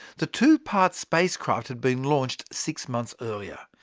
the two-part spacecraft had been launched six months earlier,